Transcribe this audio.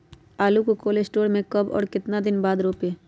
आलु को cold store से ले के कब और कितना दिन बाद रोपे?